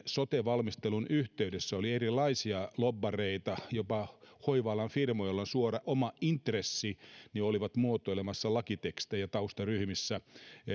sote valmistelun yhteydessä oli erilaisia lobbareita jopa hoiva alan firmoilla suora oma intressi he olivat muotoilemassa lakitekstejä taustaryhmissä